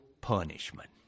punishment